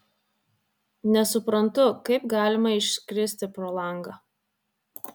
nesuprantu kaip galima iškristi pro langą